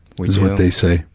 is what they say.